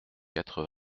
quatre